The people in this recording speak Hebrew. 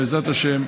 בעזרת השם,